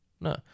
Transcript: no